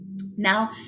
Now